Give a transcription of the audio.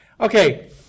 Okay